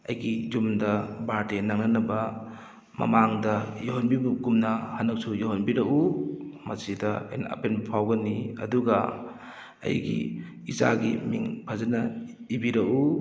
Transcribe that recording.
ꯑꯩꯒꯤ ꯌꯨꯝꯗ ꯕꯥꯔꯗꯦ ꯅꯪꯅꯅꯕ ꯃꯃꯥꯡꯗ ꯌꯧꯍꯟꯕꯤꯕꯒꯨꯝꯅ ꯍꯟꯗꯛꯁꯨ ꯌꯧꯍꯟꯕꯤꯔꯛꯎ ꯃꯁꯤꯗ ꯑꯩꯅ ꯑꯄꯦꯟꯕ ꯐꯥꯎꯒꯅꯤ ꯑꯗꯨꯒ ꯑꯩꯒꯤ ꯏꯆꯥꯒꯤ ꯃꯤꯡ ꯐꯖꯅ ꯏꯕꯤꯔꯛꯎ